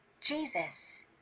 Jesus